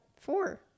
Four